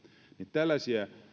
tällaisia